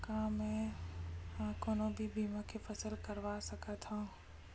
का मै ह कोनो भी फसल के बीमा करवा सकत हव?